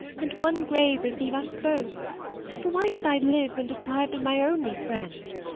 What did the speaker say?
and one grave receive us both for why should i live when deprived of my only friend.